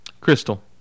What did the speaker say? crystal